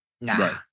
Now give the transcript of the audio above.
Nah